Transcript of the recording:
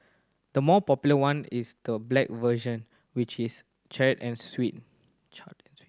the more popular one is the black version which is charred and sweet